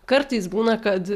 kartais būna kad